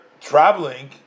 traveling